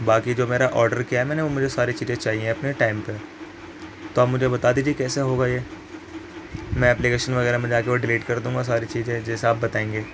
باقی جو میرا آڈر کیا ہے میں نے وہ مجھے ساری چیزیں چاہئیں اپنے ٹائم پہ تو آپ مجھے بتا دیجیے کیسے ہوگا یہ میں اپلیکیشن وغیرہ میں جا کے وہ ڈیلیٹ کر دوں گا ساری چیزیں جیسے آپ بتائیں گے